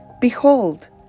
Behold